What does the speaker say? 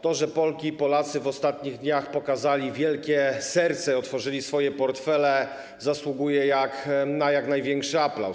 To, że Polki i Polacy w ostatnich dniach pokazali wielkie serce, otworzyli swoje portfele, zasługuje na jak największy aplauz.